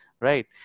right